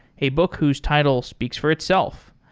a book whose title speaks for itself.